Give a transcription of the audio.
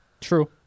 true